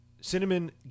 Cinnamon